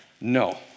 No